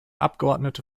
abgeordnete